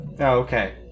Okay